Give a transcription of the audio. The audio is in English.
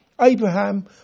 Abraham